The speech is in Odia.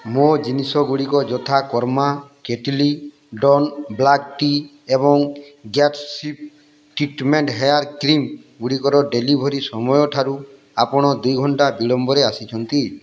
ମୋ ଜିନିଷଗୁଡ଼ିକ ଯଥା karma kettle don black tea ଏବଂ ଗ୍ୟାଟସ୍ବେ ଟ୍ରିଟମେଣ୍ଟ ହେୟାର୍ କ୍ରିମ୍ ଗୁଡ଼ିକର ଡେଲିଭରି ସମୟ ଠାରୁ ଆପଣ ଦୁଇ ଘଣ୍ଟା ବିଳମ୍ବରେ ଆସିଛନ୍ତି